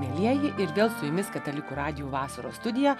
mielieji ir vėl su jumis katalikų radijo vasaros studija